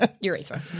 Urethra